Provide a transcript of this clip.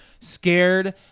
scared